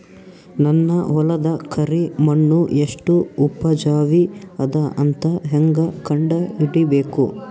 ನನ್ನ ಹೊಲದ ಕರಿ ಮಣ್ಣು ಎಷ್ಟು ಉಪಜಾವಿ ಅದ ಅಂತ ಹೇಂಗ ಕಂಡ ಹಿಡಿಬೇಕು?